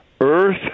Earth